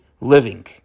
living